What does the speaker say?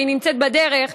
שנמצאת בדרך,